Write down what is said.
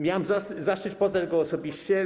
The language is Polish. Miałem zaszczyt poznać go osobiście.